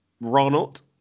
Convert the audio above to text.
Ronald